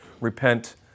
repent